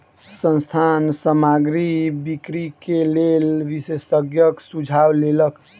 संस्थान सामग्री बिक्री के लेल विशेषज्ञक सुझाव लेलक